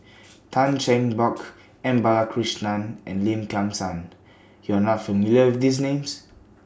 Tan Cheng Bock M Balakrishnan and Lim Kim San YOU Are not familiar with These Names